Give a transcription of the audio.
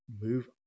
move